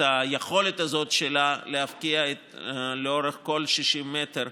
היכולת הזאת שלה להפקיע את הקו לאורך כל 60 המטר.